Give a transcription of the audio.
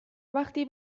وقتی